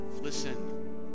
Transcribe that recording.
listen